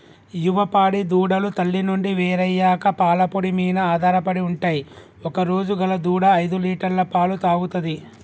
యువ పాడి దూడలు తల్లి నుండి వేరయ్యాక పాల పొడి మీన ఆధారపడి ఉంటయ్ ఒకరోజు గల దూడ ఐదులీటర్ల పాలు తాగుతది